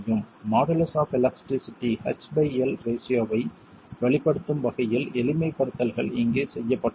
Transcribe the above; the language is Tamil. modulus of elasticity h by L ரேஷியோவை வெளிப்படுத்தும் வகையில் எளிமைப்படுத்தல்கள் இங்கே செய்யப்பட்டுள்ளன